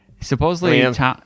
Supposedly